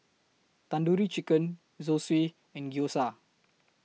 Tandoori Chicken Zosui and Gyoza